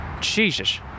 Jesus